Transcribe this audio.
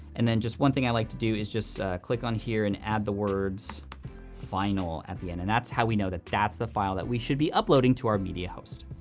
and then just one thing i like to do is just click on here and add the words final at the end. and that's how we know that that's the file that we should be uploading to our media host.